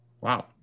Wow